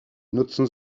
nutzen